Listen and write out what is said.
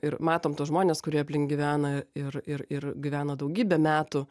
ir matom tuos žmones kurie aplink gyvena ir ir ir gyvena daugybę metų